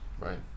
right